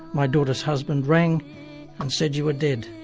my daughter's husband, rang and said you were dead.